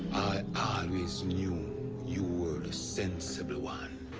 ah i always knew you were the sensible one.